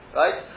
right